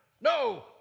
No